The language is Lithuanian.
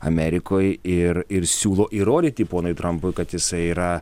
amerikoj ir ir siūlo įrodyti ponui trampui kad jisai yra